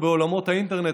בעולמות האינטרנט,